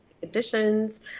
conditions